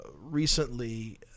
recently